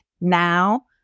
now